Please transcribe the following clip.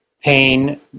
pain